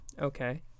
Okay